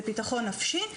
זה ביטחון נפשי,